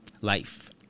life